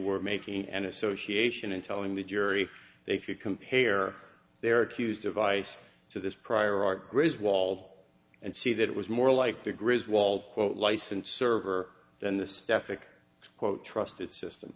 were making an association and telling the jury they could compare their accused device to this prior art grizz wall and see that it was more like the griz wall quote license server than the staffing quote trusted system